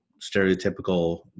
stereotypical